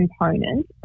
component